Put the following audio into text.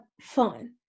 fun